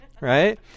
right